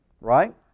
Right